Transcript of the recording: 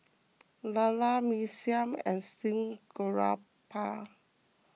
Lala Mee Siam and Steamed Garoupa